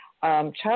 child